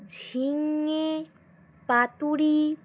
ঝিঙে পাতুড়ি